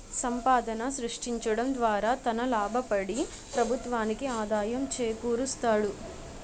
సంపాదన సృష్టించడం ద్వారా తన లాభపడి ప్రభుత్వానికి ఆదాయం చేకూరుస్తాడు